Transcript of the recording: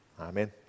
Amen